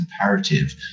imperative